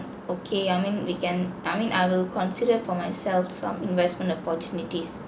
okay I mean we can I mean I will consider for myself some investment opportunities